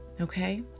Okay